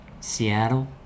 Seattle